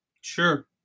Sure